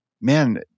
man